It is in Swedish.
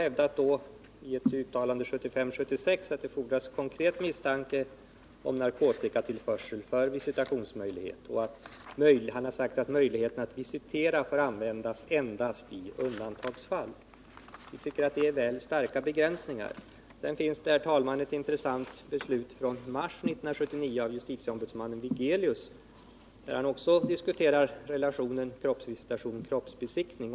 Han har i ett uttalande hävdat att det fordras konkret misstanke om narkotikatillförsel för att visitationsmöjlighet skall föreligga. Han har vidare uttalat att möjligheterna att visitera får användas endast i undantagsfall. Jag tycker att det är väl starka begränsningar. Det finns vidare ett intressant beslut från mars 1979 av justitieombudsmannen Wigelius, där han diskuterar relationen kroppsvisitering-kroppsbesiktning.